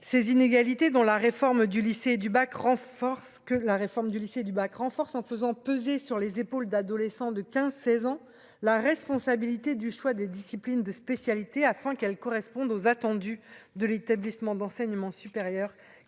renforce que la réforme du lycée du bac renforce en faisant peser sur les épaules d'adolescents de 15 16 ans, la responsabilité du choix des disciplines de spécialité afin qu'elles correspondent aux attendus de l'établissement d'enseignement supérieur, qu'il